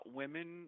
women